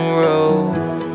roads